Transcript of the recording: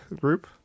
group